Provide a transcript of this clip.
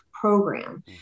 program